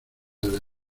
desde